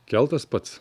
keltas pats